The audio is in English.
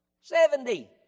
Seventy